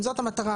אם זאת המטרה,